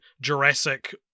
Jurassic